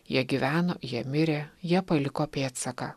jie gyveno jie mirė jie paliko pėdsaką